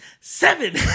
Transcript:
seven